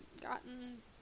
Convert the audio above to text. gotten